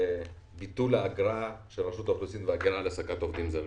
ביטול האגרה של רשות האוכלוסין וההגירה על העסקת עובדים זרים.